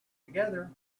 together